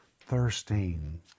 thirsting